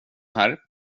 här